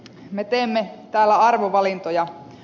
me teemme täällä arvovalintoja